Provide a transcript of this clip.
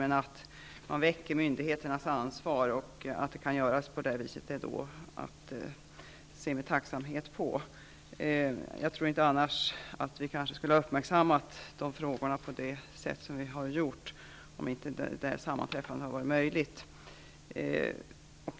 Men detta väcker myndigheternas ansvar, och det är att se med tacksamhet, att det kan göras på detta sätt. Jag tror att vi annars kanske inte skulle ha uppmärksammat frågorna på detta sätt, om inte detta sammanträffande hade varit möjligt.